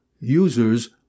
users